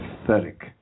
pathetic